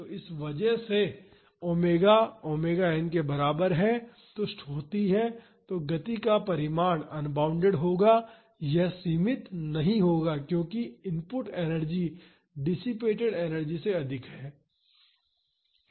तो इस वजह से ओमेगा ओमेगा एन के बराबर है जब यह परिस्तिथि संतुष्ट होती है तो गति का परिमाण अनबॉउंडेड होगा यह सीमित नहीं होगा क्योंकि इनपुट एनर्जी डिसिपेटड एनर्जी से अधिक है